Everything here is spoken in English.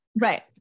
Right